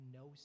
no